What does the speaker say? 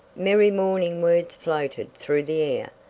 merry morning words floated through the air,